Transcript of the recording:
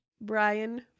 Brian